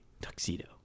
tuxedo